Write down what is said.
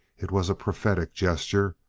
it was a prophetic gesture,